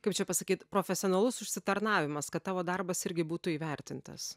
kaip čia pasakyt profesionalus apsitarnavimas kad tavo darbas irgi būtų įvertintas